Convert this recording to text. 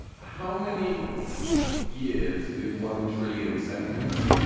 how many years is one trillion seconds?